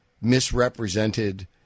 misrepresented